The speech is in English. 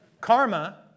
Karma